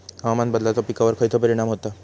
हवामान बदलाचो पिकावर खयचो परिणाम होता?